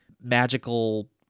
magical